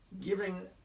giving